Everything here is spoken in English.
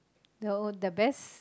the the best